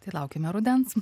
tai laukiame rudens